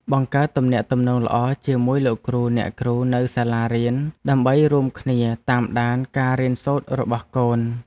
បង្កើតទំនាក់ទំនងល្អជាមួយលោកគ្រូអ្នកគ្រូនៅសាលារៀនដើម្បីរួមគ្នាតាមដានការរៀនសូត្ររបស់កូន។